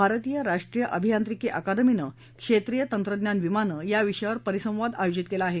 भारतीय राष्ट्रीय अभियांत्रिकी अकादमीनं क्षेत्रीय तंत्रज्ञान विमानं या विषयावर परिसंवाद आयोजित केला आहे